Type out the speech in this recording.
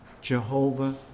Jehovah